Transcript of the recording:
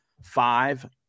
five